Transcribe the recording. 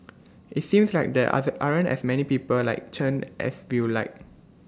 IT seems like there other aren't as many people like Chen as we'd like